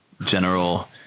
general